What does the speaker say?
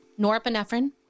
norepinephrine